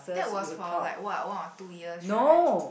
that was for like what one or two years right